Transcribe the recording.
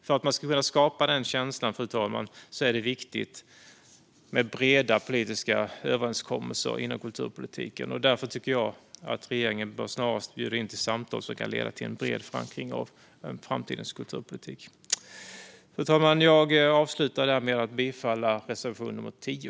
För att man ska kunna skapa den känslan, fru talman, är det viktigt med breda politiska överenskommelser inom kulturpolitiken. Därför tycker jag att regeringen snarast bör bjuda in till samtal som kan leda till en bred förankring av framtidens kulturpolitik. Fru talman! Jag avslutar med att yrka bifall till reservation nummer 10.